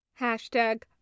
Hashtag